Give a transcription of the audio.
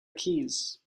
keys